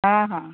ହଁ ହଁ